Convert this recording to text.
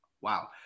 wow